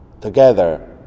together